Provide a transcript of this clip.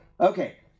Okay